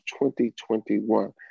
2021